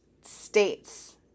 states